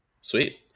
Sweet